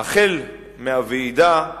החל מהוועידה,